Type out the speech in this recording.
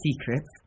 secrets